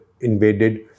invaded